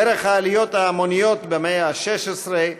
דרך העליות ההמוניות במאה ה-16,